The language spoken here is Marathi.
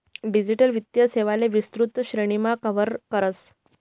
डिजिटल वित्तीय सेवांले विस्तृत श्रेणीमा कव्हर करस